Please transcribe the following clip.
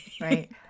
Right